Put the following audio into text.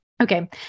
Okay